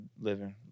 living